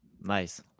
Nice